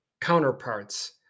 counterparts